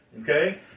Okay